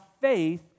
faith